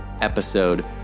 episode